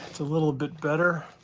it's a little bit better.